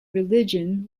religion